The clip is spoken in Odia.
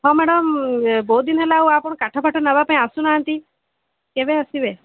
ହଁ ମ୍ୟାଡମ୍ ବହୁତ ଦିନ ହେଲା ଆଉ ଆପଣ କାଠଫାଟ ନେବାପାଇଁ ଆସୁନାହାଁନ୍ତି କେବେ ଆସିବେ